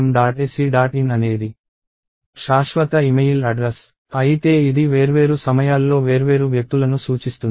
in అనేది శాశ్వత email address అయితే ఇది వేర్వేరు సమయాల్లో వేర్వేరు వ్యక్తులను సూచిస్తుంది